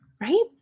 Right